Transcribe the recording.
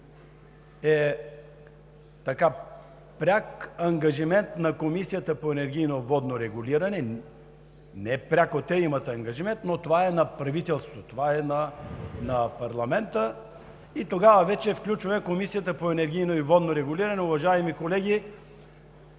е така пряк ангажимент на Комисията за енергийно и водно регулиране. Непряко тя има ангажимент, но това е на правителството, на парламента и тогава вече включваме Комисията за енергийно и водно регулиране. Уважаеми колеги,